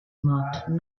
marked